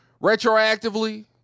Retroactively